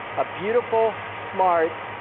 a beautiful, smart,